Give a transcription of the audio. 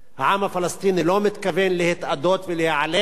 העם הפלסטיני לא מתכוון להתאדות ולהיעלם.